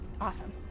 Awesome